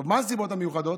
טוב, מה הנסיבות המיוחדות?